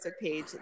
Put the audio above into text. page